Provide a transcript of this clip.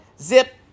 Zip